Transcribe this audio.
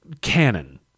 canon